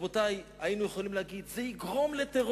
רבותי, היינו יכולים להגיד: זה יגרום לטרור,